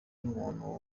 umuntu